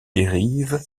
dérive